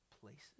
places